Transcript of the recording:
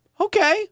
okay